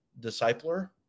discipler